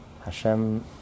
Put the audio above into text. Hashem